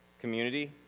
community